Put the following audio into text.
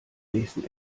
nächsten